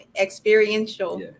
Experiential